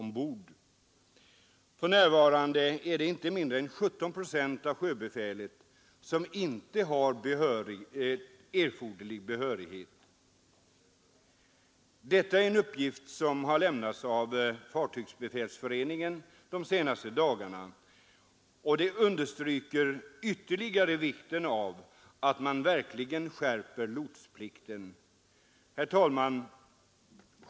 För närvarande är det inte mindre än 17 procent av sjöbefälet som inte har erforderlig behörighet. Detta är en uppgift som lämnats av Fartygsbefälsföreningen de senaste dagarna. Detta understryker ytterligare vikten av att lotsplikten skärps. Herr talman!